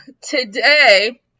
Today